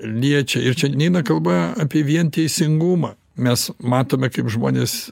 liečia ir čia neina kalba apie vien teisingumą mes matome kaip žmonės